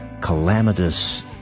calamitous